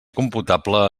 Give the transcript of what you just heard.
computable